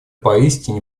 поистине